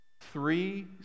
Three